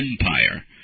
empire